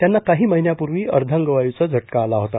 त्यांना काही महिन्यापूर्वी अर्धांगवायूचा झटका आला होता